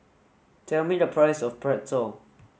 tell me the price of Pretzel